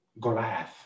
Goliath